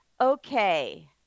Okay